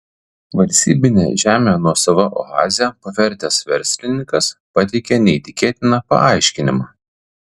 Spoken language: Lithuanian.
valstybinę žemę nuosava oaze pavertęs verslininkas pateikė neįtikėtiną paaiškinimą